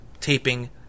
taping